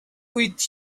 with